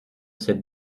cette